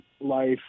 life